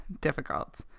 Difficult